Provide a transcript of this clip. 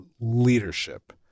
leadership